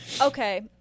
Okay